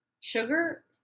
sugar